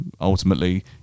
ultimately